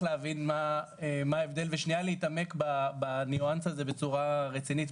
להבין מה ההבדל ושנייה להתעמק בניואנס הזה בצורה רצינית,